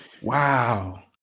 Wow